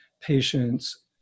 patients